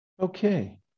Okay